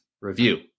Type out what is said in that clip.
review